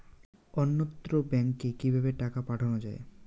অন্যত্র ব্যংকে কিভাবে টাকা পাঠানো য়ায়?